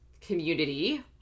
community